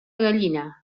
gallina